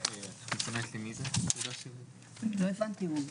אני רוצה לתת את זכות הדיבור כרגע לדוד לירון.